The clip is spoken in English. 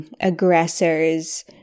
aggressor's